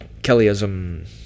Kellyism